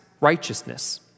righteousness